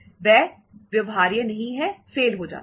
वह व्यवहार्य नहीं है फेल हो जाता है